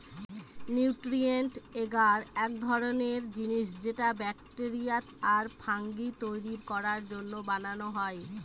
nutrient এগার এক ধরনের জিনিস যেটা ব্যাকটেরিয়া আর ফাঙ্গি তৈরী করার জন্য বানানো হয়